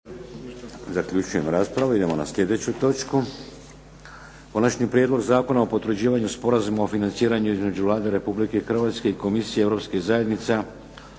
Vladimir (HDZ)** Idemo na sljedeću točku Konačni prijedlog zakona o potvrđivanju Sporazuma o financiranju između Vlade Republike Hrvatske i Komisije Europskih zajednica